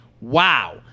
wow